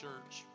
Church